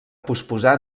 posposar